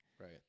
Right